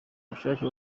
bushake